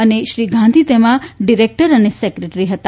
અને શ્રી ગાંધી તેમાં ડિરેકટર અને સેક્રેટરી હતા